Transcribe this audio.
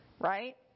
Right